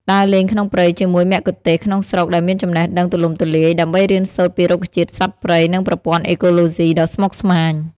ដើរលេងក្នុងព្រៃជាមួយមគ្គុទ្ទេសក៍ក្នុងស្រុកដែលមានចំណេះដឹងទូលំទូលាយ ដើម្បីរៀនសូត្រពីរុក្ខជាតិ សត្វព្រៃ និងប្រព័ន្ធអេកូឡូស៊ីដ៏ស្មុគស្មាញ។